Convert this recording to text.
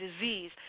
disease